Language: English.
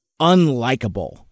unlikable